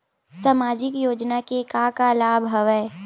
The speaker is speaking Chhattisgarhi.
सामाजिक योजना के का का लाभ हवय?